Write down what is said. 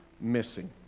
missing